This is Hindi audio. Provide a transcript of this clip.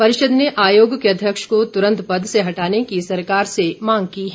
परिषद ने आयोग के अध्यक्ष को तुरंत पद से हटाने की सरकार से मांग की है